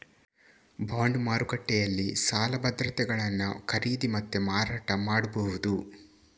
bond ಮಾರುಕಟ್ಟೆನಲ್ಲಿ ಸಾಲ ಭದ್ರತೆಗಳನ್ನ ಖರೀದಿ ಮತ್ತೆ ಮಾರಾಟ ಮಾಡ್ಬಹುದು